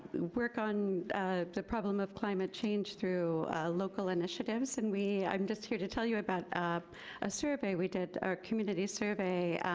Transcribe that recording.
work on the problem of climate change through local initiatives, and we, i'm just here to tell you about a survey. we did our community survey.